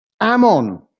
Ammon